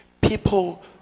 people